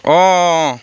অঁ